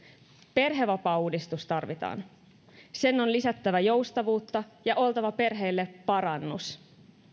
perhevapaauudistus tarvitaan sen on lisättävä joustavuutta ja oltava perheelle parannus